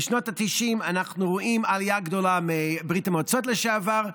בשנות התשעים אנו רואים עלייה גדולה מברית המועצות לשעבר,